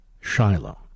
Shiloh